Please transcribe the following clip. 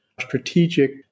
strategic